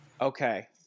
okay